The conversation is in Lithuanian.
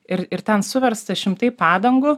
ir ir ten suversta šimtai padangų